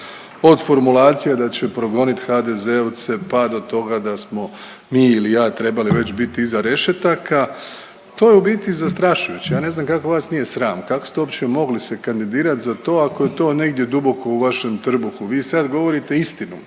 od formulacije da će progoniti HDZ-ovce pa do toga da smo mi ili ja trebali već biti iza rešetaka to je u biti zastrašujuće. Ja ne znam kako vas nije sram, kako ste uopće mogli se kandidirati za to ako je to negdje duboko u vašem trbuhu. Vi sad govorite istinu,